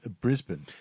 Brisbane